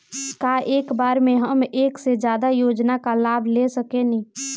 का एक बार में हम एक से ज्यादा योजना का लाभ ले सकेनी?